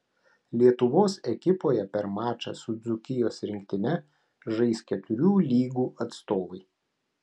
lietuvos ekipoje per mačą su dzūkijos rinktine žais keturių lygų atstovai